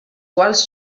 quals